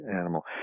animal